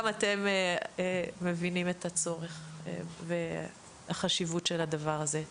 אתם מבינים את הצורך והחשיבות של הדבר הזה.